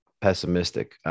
pessimistic